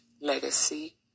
legacy